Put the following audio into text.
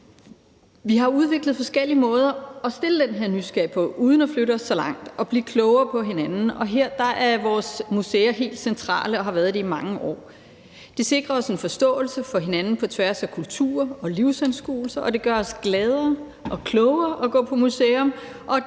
Vi har udviklet forskellige måder at stille den her nysgerrighed på uden at flytte os så langt og alligevel blive klogere på hinanden. Her er vores museer helt centrale og har været det i de mange år. De sikrer os en forståelse for hinanden på tværs af kulturer og livsanskuelser, og det gør os gladere og klogere at gå på museum,